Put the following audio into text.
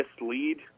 mislead